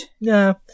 No